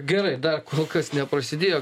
gerai dar kol kas neprasidėjo